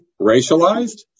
racialized